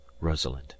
Rosalind